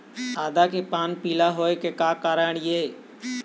आदा के पान पिला होय के का कारण ये?